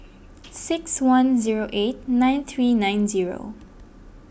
six one zero eight nine three nine zero